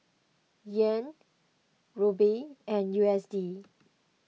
Yen Ruble and U S D